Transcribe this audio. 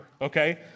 okay